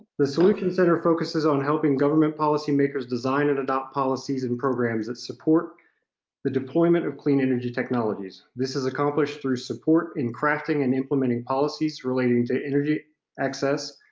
the solutions center focuses on helping government policymakers design and adopt policies and programs that support the deployment of clean energy technologies. this is accomplished through support and crafting and implementing policies relating to energy access,